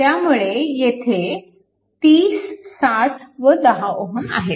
त्यामुळे येथे 30 60 व 10 Ω आहेत